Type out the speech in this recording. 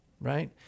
right